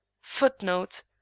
Footnote